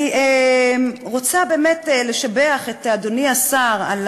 אני רוצה באמת לשבח את אדוני השר על